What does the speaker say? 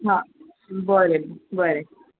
हां बरें बरें